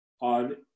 on